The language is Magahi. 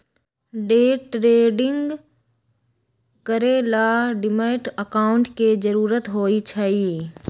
डे ट्रेडिंग करे ला डीमैट अकांउट के जरूरत होई छई